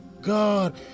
god